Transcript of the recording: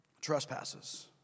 trespasses